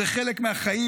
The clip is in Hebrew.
זה חלק מהחיים.